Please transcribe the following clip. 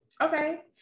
Okay